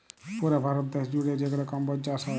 পুরা ভারত দ্যাশ জুইড়ে যেগলা কম্বজ চাষ হ্যয়